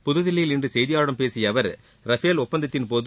புதுதில்லியில் இன்று செய்தியாளர்களிடம் பேசிய அவர் ரஃபேல் ஒப்பந்தத்தின்போது